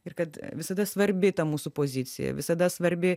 ir kad visada svarbi ta mūsų pozicija visada svarbi